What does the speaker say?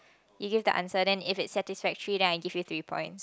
you give the answer then if it's satisfactory then I give you three points